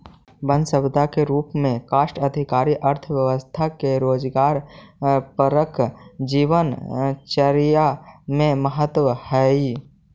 वन सम्पदा के रूप में काष्ठ आधारित अर्थव्यवस्था के रोजगारपरक जीवनचर्या में महत्त्व हइ